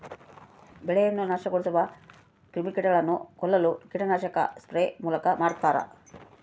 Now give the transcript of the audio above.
ಬೆಳೆಯನ್ನು ನಾಶಗೊಳಿಸುವ ಕ್ರಿಮಿಕೀಟಗಳನ್ನು ಕೊಲ್ಲಲು ಕೀಟನಾಶಕ ಸ್ಪ್ರೇ ಮೂಲಕ ಮಾಡ್ತಾರ